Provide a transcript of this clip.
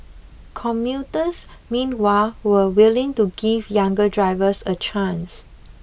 commuters meanwhile were willing to give younger drivers a chance